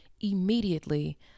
Immediately